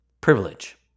privilege